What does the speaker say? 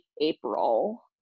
April